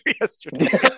yesterday